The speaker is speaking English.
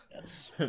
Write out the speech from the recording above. yes